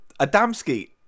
Adamski